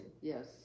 Yes